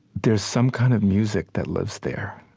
there's some kind of music that lives there.